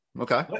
Okay